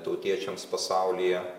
tautiečiams pasaulyje